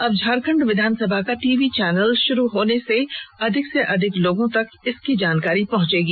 अब झारखंड विधानसभा का टीवी चैनल शुरू होने से अधिक से अधिक लोगों तक इसकी जानकारी पहंचेगी